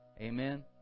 Amen